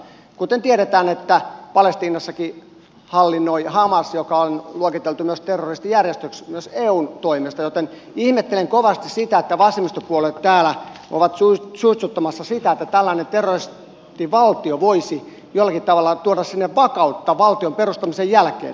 kuten tiedetään palestiinassakin hallinnoi hamas joka on luokiteltu terroristijärjestöksi myös eun toimesta joten ihmettelen kovasti sitä että vasemmistopuolueet täällä ovat suitsuttamassa sitä että tällainen terroristivaltio voisi jollakin tavalla tuoda sinne vakautta valtion perustamisen jälkeen